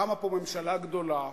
קמה פה ממשלה גדולה,